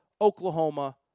Oklahoma